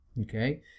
okay